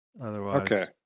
Otherwise